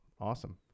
awesome